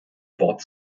wort